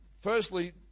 firstly